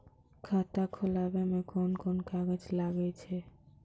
खाता खोलावै मे कोन कोन कागज लागै छै?